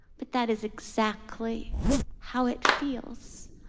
but that is exactly how it feels.